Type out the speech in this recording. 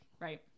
Right